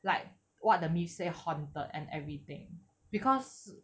like what the myth say haunted and everything because